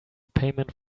payment